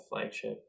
flagship